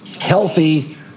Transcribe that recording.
healthy